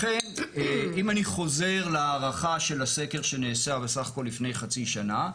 לכן אם אני חוזר להערכה של הסקר שנעשה סכך הכל לפני חצי שנה,